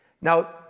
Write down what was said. Now